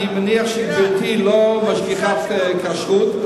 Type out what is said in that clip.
אני מניח שגברתי לא משגיחת כשרות.